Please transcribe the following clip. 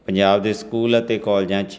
ਪੰਜਾਬ ਦੇ ਸਕੂਲ ਅਤੇ ਕੋਲਜਾਂ 'ਚ